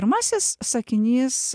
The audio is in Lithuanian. pirmasis sakinys